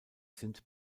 sind